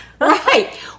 Right